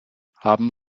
haben